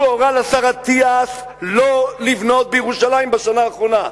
הוא הורה לשר אטיאס לא לבנות בירושלים בשנה האחרונה,